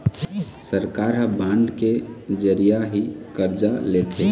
सरकार ह बांड के जरिया ही करजा लेथे